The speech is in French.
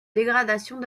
dégradations